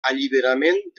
alliberament